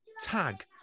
tag